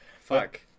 Fuck